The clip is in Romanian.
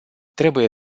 trebuie